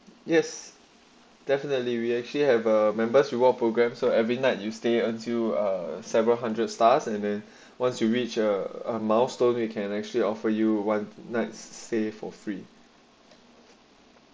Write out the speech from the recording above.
yes definitely we actually have a member's reward programs so every night you stay until uh seven hundred stars and then once you reach a milestone you can actually offer you one night's stay for free